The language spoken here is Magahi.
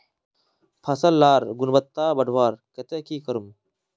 फसल लार गुणवत्ता बढ़वार केते की करूम?